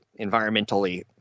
environmentally